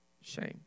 shame